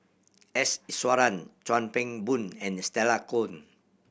S Iswaran Chuan Keng Boon and Stella Kon